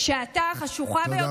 תודה רבה.